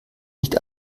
nicht